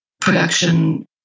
production